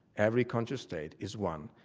every conscious state is one,